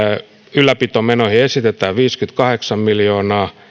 ylläpitomenoihin esitetään viisikymmentäkahdeksan miljoonaa